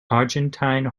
argentine